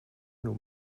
nog